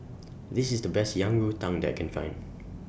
This IS The Best Yang Rou Tang that I Can Find